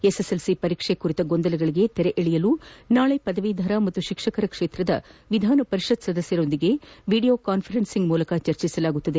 SSLC ಪರೀಕ್ಷೆ ಕುರಿತ ಗೊಂದಲಗಳಿಗೆ ತೆರೆ ಎಳೆಯಲು ನಾಳೆ ಪದವೀಧರ ಹಾಗೂ ಶಿಕ್ಷಕರ ಕ್ಷೇತ್ರದ ವಿಧಾನಪರಿಷತ್ ಸದಸ್ಯರೊದಿಗೆ ವಿಡಿಯೋ ಕಾನ್ವರೆನ್ಸಿಂಗ್ ಮೂಲಕ ಚರ್ಚಿಸಲಾಗುವುದು